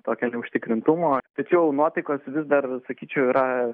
tokio neužtikrintumo tačiau nuotaikos vis dar sakyčiau yra